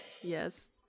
Yes